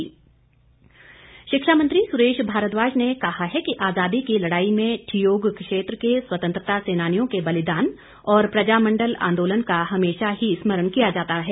सुरेश भारद्वाज शिक्षा मंत्री सुरेश भारद्वाज ने कहा है कि आजादी की लड़ाई में ठियोग क्षेत्र के स्वतंत्रता सेनानियों के बलिदान और प्रजामंडल आंदोलन को हमेशा ही स्मरण किया जाता है